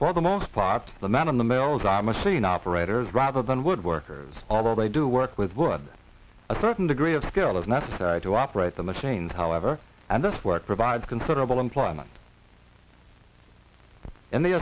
for the most part the man in the males are machine operators rather than good workers although they do work with word that a certain degree of skill is necessary to operate the machines however and this work provides considerable employment in the